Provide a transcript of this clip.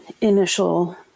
initial